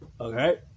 Okay